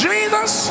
Jesus